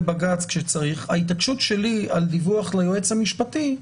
בתי הדין הרבניים על דיווח ליועץ המשפטי.